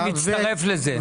אני מצטרף לזה.